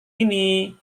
ini